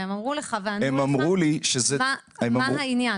והם אמרו לך וענו לך --- הם אמרו לי שזה --- מה העניין?